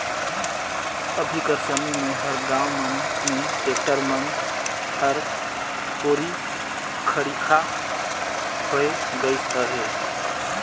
अभी कर समे मे हर गाँव मन मे टेक्टर मन हर कोरी खरिखा होए गइस अहे